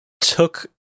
took